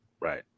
Right